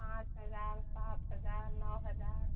पाँच हज़ार सात हज़ार नौ हज़ार